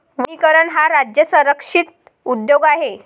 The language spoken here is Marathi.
वनीकरण हा राज्य संरक्षित उद्योग आहे